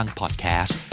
podcast